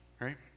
right